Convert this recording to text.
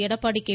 Edappadi K